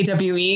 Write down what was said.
AWE